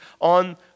on